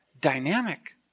dynamic